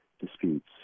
disputes